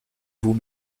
vous